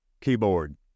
keyboard